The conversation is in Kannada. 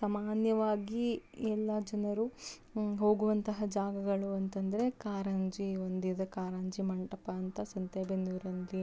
ಸಾಮಾನ್ಯವಾಗಿ ಎಲ್ಲ ಜನರು ಹೋಗುವಂತಹ ಜಾಗಗಳು ಅಂತಂದ್ರೆ ಕಾರಂಜಿ ಒಂದಿದೆ ಕಾರಂಜಿ ಮಂಟಪ ಅಂತ ಸಂತೆ ಬೆನ್ನೂರಲ್ಲಿ